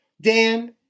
Dan